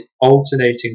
alternating